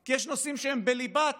כי יש נושאים שהם בליבת